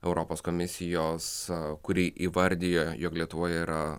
europos komisijos kuri įvardijo jog lietuvoj yra